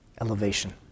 elevation